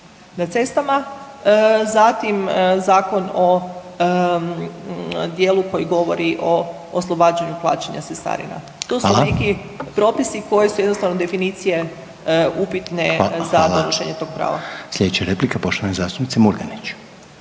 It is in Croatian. na cestama, zatim zakon o dijelu koji govori o oslobađanju plaćanja cestarina. To su neki propisu …/Upadica: Hvala./… koje su jednostavno definicije upitne za donošenje tog prava. **Reiner, Željko (HDZ)** Slijedeća je replika poštovane zastupnice Murganić.